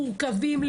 מורכבים,